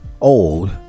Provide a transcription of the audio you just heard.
old